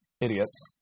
idiots